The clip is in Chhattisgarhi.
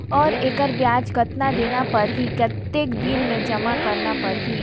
और एकर ब्याज कतना देना परही कतेक दिन मे जमा करना परही??